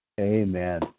Amen